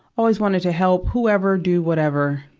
always wanted to help whoever do whatever.